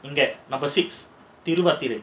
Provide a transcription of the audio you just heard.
you get number six delivered Thiruvathirai